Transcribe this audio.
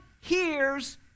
hears